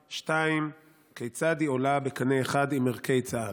2. כיצד היא עולה בקנה אחד עם ערכי צה"ל?